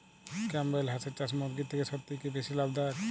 Campbell হাঁসের চাষ মুরগির থেকে সত্যিই কি বেশি লাভ দায়ক?